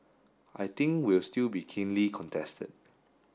I think will still be keenly contested